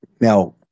Now